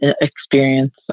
experience